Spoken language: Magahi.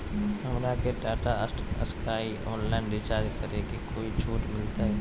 हमरा के टाटा स्काई ऑनलाइन रिचार्ज करे में कोई छूट मिलतई